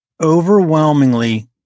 overwhelmingly